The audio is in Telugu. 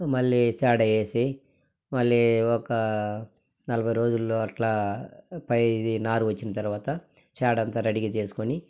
మళ్ళీ చాడ వేసి మళ్ళీ ఒక నలభై రోజులు అట్లా పై ఇది నారా వచ్చిన తర్వాత చాడ అంతా రెడీగా చేసుకొని